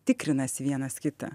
tikrinasi vienas kitą